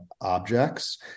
objects